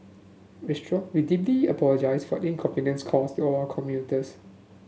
withdrew we deeply apologize for inconvenience caused to all our commuters